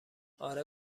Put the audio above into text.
اره